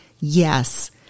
yes